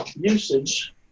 usage